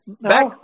Back